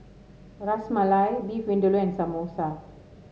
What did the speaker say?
Ras Malai Beef Vindaloo and Samosa